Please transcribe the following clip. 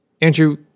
Andrew